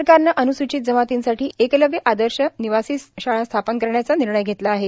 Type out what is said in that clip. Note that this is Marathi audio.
सरकारने अनुसूचित जमातीसाठी एकलव्य आदर्श निवासी शाळा स्थापन करण्याचा निर्णय घेतला आहे